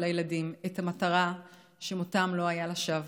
הילדים את המטרה שמותם לא היה לשווא.